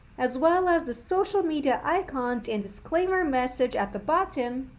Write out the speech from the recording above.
as well as the social media icons and disclaimer message at the bottom